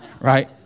right